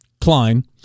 Klein